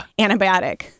antibiotic